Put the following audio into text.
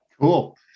Cool